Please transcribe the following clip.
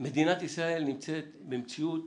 מדינת ישראל נמצאת במציאות